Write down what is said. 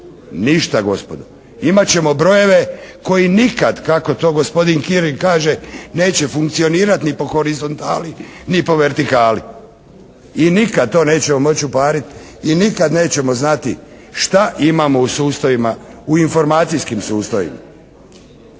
Ništa gospodo. Imat ćemo brojeve koje nikad kako to gospodin Kirin kaže neće funkcionirati ni po horizontali ni po vertikali. I nikad to nećemo moći upariti i nikad nećemo znati šta imamo u sustavima, u informacijskim sustavima.